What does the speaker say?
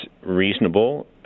reasonable